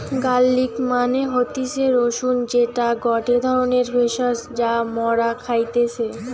garlic মানে হতিছে রসুন যেটা গটে ধরণের ভেষজ যা মরা খাইতেছি